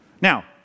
Now